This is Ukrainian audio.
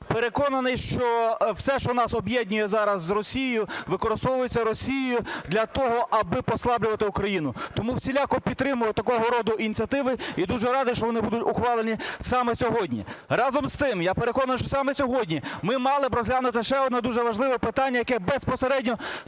Переконаний, що все, що нас об'єднує зараз з Росією, використовується Росією для того, аби послаблювати Україну. Тому всіляко підтримую такого роду ініціативи і дуже радий, що вони будуть ухвалені саме сьогодні. Разом з тим, я переконаний, що саме сьогодні ми мали б розглянути ще одне дуже важливе питання, яке безпосередньо